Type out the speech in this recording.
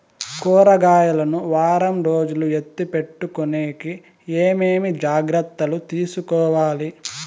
కూరగాయలు ను వారం రోజులు ఎత్తిపెట్టుకునేకి ఏమేమి జాగ్రత్తలు తీసుకొవాలి?